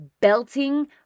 belting